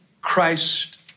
Christ